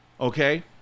Okay